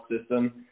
system